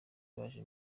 baje